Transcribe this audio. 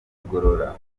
igorora